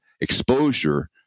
exposure